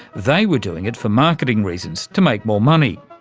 they were doing it for marketing reasons, to make more money.